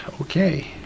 okay